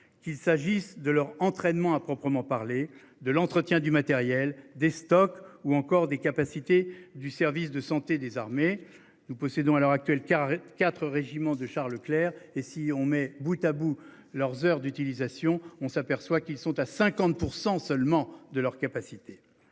qu'il s'agisse de leur entraînement à proprement parler de l'entretien du matériel, des stocks ou encore des capacités du service de santé des armées nous possédons à l'heure actuelle 44. Régiment de chars Leclerc et si on met bout tabou leurs heures d'utilisation. On s'aperçoit qu'ils sont à 50% seulement de leur capacité.